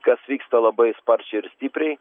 kas vyksta labai sparčiai ir stipriai